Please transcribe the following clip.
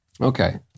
Okay